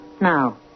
Now